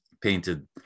painted